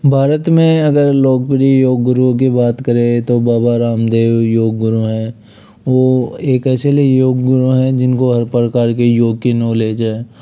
भारत में अगर लोग जी योग गुरु की बात करें तो बाबा रामदेव योग गुरु हैं वह एक ऐसे योग गुरु हैं जिनको हर प्रकार के योग की नॉलेज है